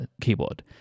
keyboard